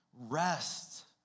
rest